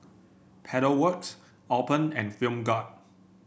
Pedal Works Alpen and Film Grade